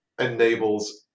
enables